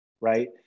right